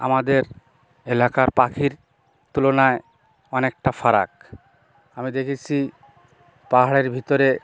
আমাদের এলাকার পাখির তুলনায় অনেকটা ফারাক আমি দেখেছি পাহাড়ের ভিতরে